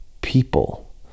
people